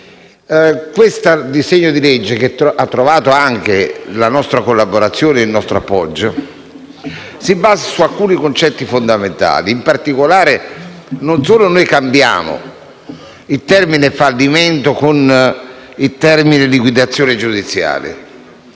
questo disegno di legge, che ha trovato anche la nostra collaborazione e il nostro appoggio, si basa su alcuni concetti fondamentali. In particolare, non solo noi sostituiamo il termine fallimento con il termine liquidazione giudiziale,